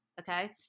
Okay